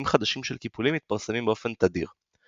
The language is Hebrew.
חדשים של קיפולים מתפרסמים באופן תדיר.